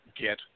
get